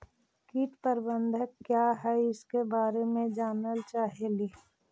कीट प्रबनदक क्या है ईसके बारे मे जनल चाहेली?